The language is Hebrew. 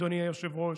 אדוני היושב-ראש,